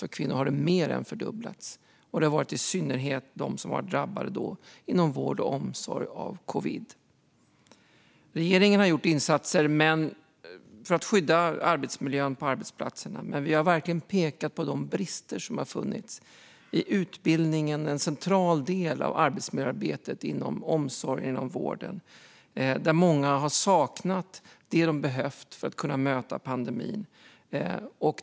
För kvinnor har det mer än fördubblats. Det har i synnerhet varit de som arbetar inom vård och omsorg som har drabbats av covid. Regeringen har gjort insatser för att skydda arbetsmiljön på arbetsplatserna. Men vi har pekat på de brister som har funnits i utbildningen, som är en central del av arbetsmiljöarbetet, inom vården och omsorgen. Där har många saknat det de har behövt för att kunna möta pandemin.